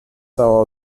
cała